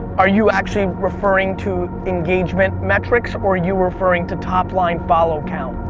are you actually referring to engagement metrics or are you referring to top line follow count?